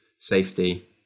safety